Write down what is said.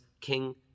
king